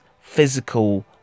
physical